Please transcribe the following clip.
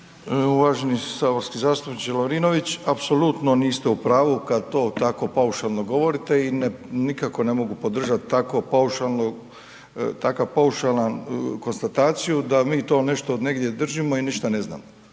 Uvaženi saborski zastupniče Lovrinović. Apsolutno niste u pravu kad to tako paušalno govorite i nikako ne mogu podržati takvo paušalno, takav paušalan konstataciju, da mi to nešto negdje držimo i ništa ne znamo.